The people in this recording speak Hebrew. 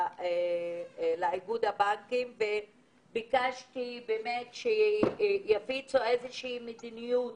לאיגוד הבנקים וביקשתי שיפיצו איזו שהיא מדיניות